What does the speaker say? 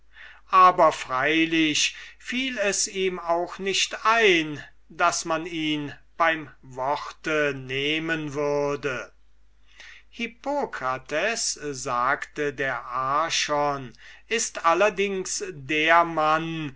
aber freilich fiel es ihm auch nicht ein daß man ihn beim worte nehmen würde hippokrates sagte der archon ist allerdings der mann